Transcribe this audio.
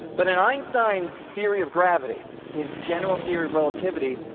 but in einstein's theory of gravity, his general theory of relativity,